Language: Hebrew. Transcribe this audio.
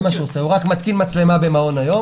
הוא רק מתקין מצלמה במעון היום.